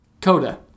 Coda